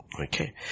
Okay